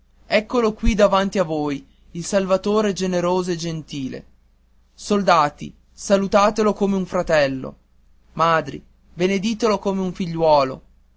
eccolo qui davanti a voi il salvatore valoroso e gentile soldati salutatelo come un fratello madri beneditelo come un figliuolo